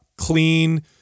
Clean